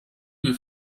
you